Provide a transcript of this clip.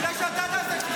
כדאי שאתה תעשה שיעורי בית.